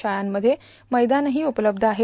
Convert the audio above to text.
शाळांमध्ये मैदावही उपलब्ध आहेत